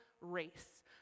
race